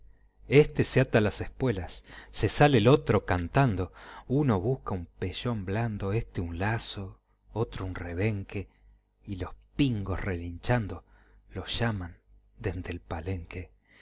este se ata las espuelas se sale el otro cantando uno busca un pellón blando este un lazo otro un rebenque y los pingos relinchando los llaman dende el palenque